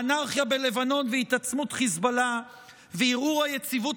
האנרכיה בלבנון והתעצמות חיזבאללה וערעור היציבות